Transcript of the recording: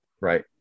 right